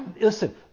Listen